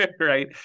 Right